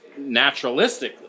naturalistically